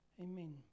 Amen